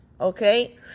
okay